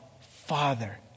Father